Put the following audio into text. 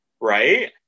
right